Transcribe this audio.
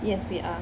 yes we are